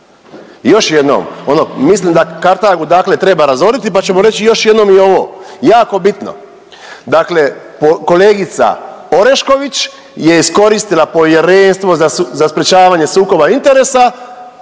još jednom, ono mislim da Kartagu dakle treba razoriti, pa ćemo reći još jednom i ovo, jako bitno, dakle kolegica Orešković je iskoristila Povjerenstvo za sprječavanje sukoba interesa